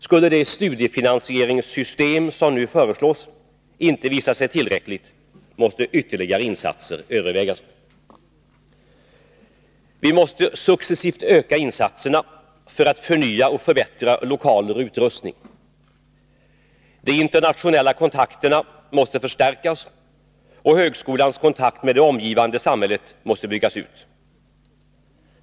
Skulle det studiefinansieringssystem som nu föreslås inte visa sig tillräckligt, måste ytterligare insatser övervägas. Vi måste successivt öka insatserna för att förnya och förbättra lokaler och utrustning. De internationella kontakterna måste förstärkas, och högskolans kontakt med det omgivande samhället måste byggas ut.